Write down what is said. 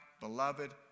beloved